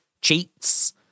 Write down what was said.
cheats